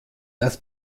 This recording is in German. das